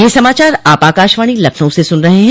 ब्रे क यह समाचार आप आकाशवाणी लखनऊ से सुन रहे हैं